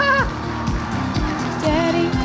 Daddy